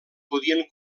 podien